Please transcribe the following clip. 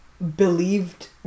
believed